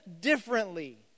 differently